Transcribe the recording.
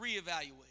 reevaluate